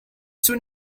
soon